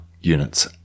units